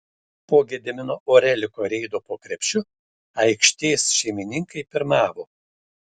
po gedimino oreliko reido po krepšiu aikštės šeimininkai pirmavo